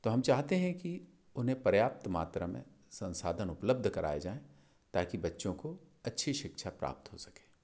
तो हम चाहते हैं कि उन्हें पर्याप्त मात्रा में संसाधन उपलब्ध कराए जाएँ ताकि बच्चों को अच्छी शिक्षा प्राप्त हो सके